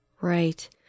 Right